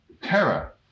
Terror